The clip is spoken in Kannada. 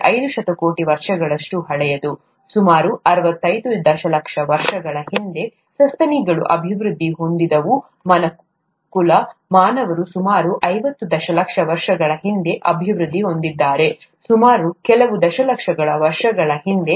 5 ಶತಕೋಟಿ ವರ್ಷಗಳಷ್ಟು ಹಳೆಯದು ಸುಮಾರು ಅರವತ್ತೈದು ದಶಲಕ್ಷ ವರ್ಷಗಳ ಹಿಂದೆ ಸಸ್ತನಿಗಳು ಅಭಿವೃದ್ಧಿ ಹೊಂದಿದವು ಮನುಕುಲ ಮಾನವರು ಸುಮಾರು ಐವತ್ತು ದಶಲಕ್ಷ ವರ್ಷಗಳ ಹಿಂದೆ ಅಭಿವೃದ್ಧಿ ಹೊಂದಿದ್ದಾರೆ ಸುಮಾರು ಕೆಲವು ದಶಲಕ್ಷ ವರ್ಷಗಳ ಹಿಂದೆ